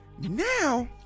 Now